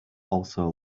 also